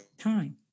time